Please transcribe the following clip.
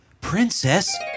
Princess